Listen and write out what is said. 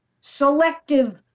selective